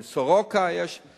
ב"סורוקה" יש.